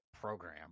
program